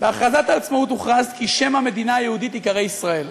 בהכרזת העצמאות הוכרז כי שם המדינה היהודית ייקרא "ישראל".